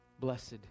Blessed